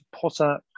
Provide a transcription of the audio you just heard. Potter